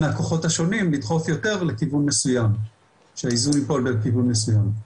הכוחות השונים לדחוף יותר לכיוון מסוים שהאיזון ייפול בכיוון מסוים.